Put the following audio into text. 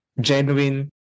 genuine